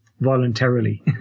voluntarily